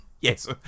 Yes